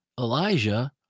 Elijah